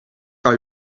are